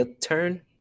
turn